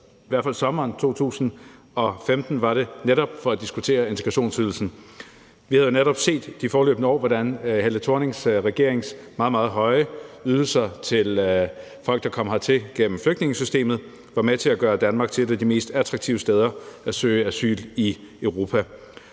talerstolen i sommeren 2015, var det netop for at diskutere integrationsydelsen. Vi havde jo netop de foregående år set, hvordan Helle Thorning-Schmidts regerings meget, meget høje ydelser til folk, der kom hertil gennem flygtningesystemet, var med til at gøre Danmark til et af de mest attraktive steder at søge asyl i Europa.